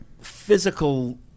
physical